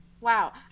wow